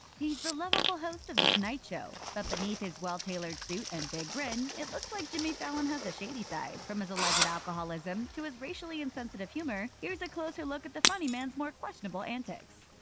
he's the lovable host of the tonight show, but beneath his well-tailored suit and big grin, it looks like jimmy fallon has a shady side. from his alleged alcoholism, to his racially insensitive humor, here's a closer look at the funnyman's more questionable antics.